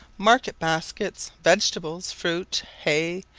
market-baskets, vegetables, fruit, hay,